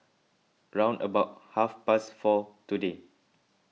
round about half past four today